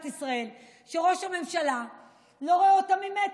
ישראל שראש הממשלה לא רואה אותם ממטר,